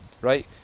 right